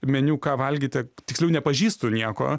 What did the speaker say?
meniu ką valgyti tiksliau nepažįstu nieko